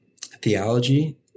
Theology